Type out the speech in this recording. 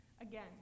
again